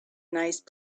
nice